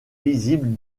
visible